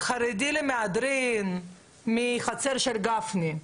חרדי למהדרין מחצר של גפני,